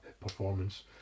performance